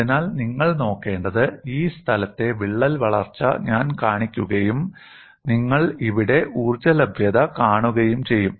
അതിനാൽ നിങ്ങൾ നോക്കേണ്ടത് ഈ സ്ഥലത്തെ വിള്ളൽ വളർച്ച ഞാൻ കാണിക്കുകയും നിങ്ങൾ ഇവിടെ ഊർജ്ജ ലഭ്യത കാണുകയും ചെയ്യും